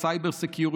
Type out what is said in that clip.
ה- cyber security,